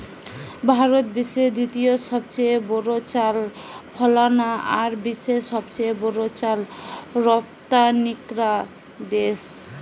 ভারত বিশ্বের দ্বিতীয় সবচেয়ে বড় চাল ফলানা আর বিশ্বের সবচেয়ে বড় চাল রপ্তানিকরা দেশ